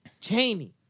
Cheney